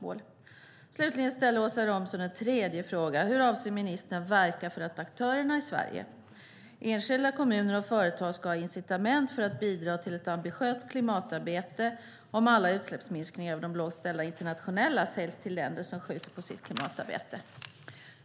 Slutligen ställer Åsa Romson en tredje fråga: Hur avser ministern att verka för att aktörerna i Sverige, enskilda kommuner och företag, ska ha incitament för att bidra till ett ambitiöst klimatarbete om alla utsläppsminskningar över de lågt ställda internationella säljs till länder som skjuter på sitt klimatarbete?